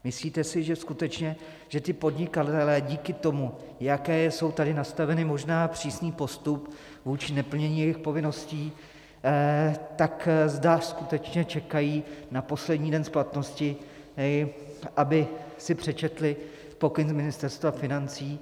Myslíte si, že skutečně ti podnikatelé díky tomu, jak je tady nastavený možná přísný postup vůči neplnění jejich povinností, tak zda skutečně čekají na poslední den splatnosti, aby si přečetli pokyn z Ministerstva financí?